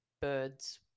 birds